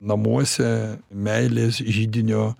namuose meilės židinio